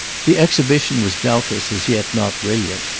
the exhibition was doubtless as yet not brilliant,